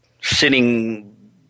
sitting